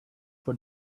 for